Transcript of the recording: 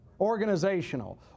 Organizational